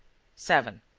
seven.